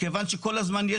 כיוון שכל הזמן,